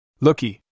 Looky